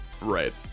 Right